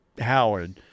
Howard